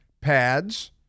pads